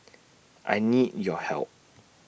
I need your help